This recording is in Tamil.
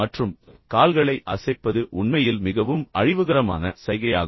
மற்றும் கால்களை அசைப்பது உண்மையில் மிகவும் அழிவுகரமான சைகையாகும்